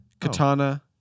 Katana